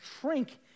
shrink